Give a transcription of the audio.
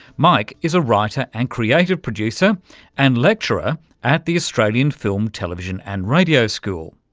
mike is a writer and creative producer and lecturer at the australian film, television and radio school.